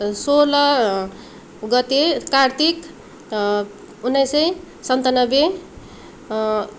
सोह्र गते कार्तिक उन्नाइस सय सन्तानब्बे